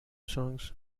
songs